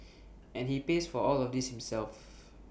and he pays for all of this himself